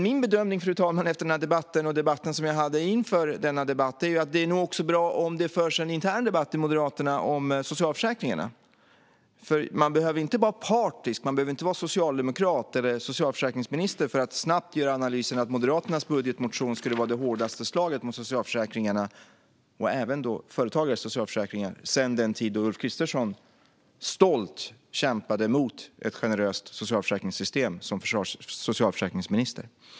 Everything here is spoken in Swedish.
Min bedömning efter den här debatten och den debatt vi hade inför denna debatt, fru talman, är dock att det nog vore bra om det också fördes en intern debatt inom Moderaterna om socialförsäkringarna. Man behöver nämligen inte vara partisk, man behöver inte vara socialdemokrat eller socialförsäkringsminister, för att snabbt göra analysen att Moderaternas budgetmotion skulle vara det hårdaste slaget mot socialförsäkringarna, även företagares socialförsäkringar, sedan den tid då Ulf Kristersson stolt kämpade mot ett generöst socialförsäkringssystem som socialförsäkringsminister.